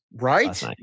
Right